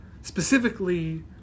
Specifically